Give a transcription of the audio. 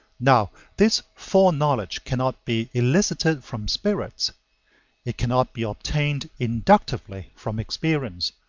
now this foreknowledge cannot be elicited from spirits it cannot be obtained inductively from experience,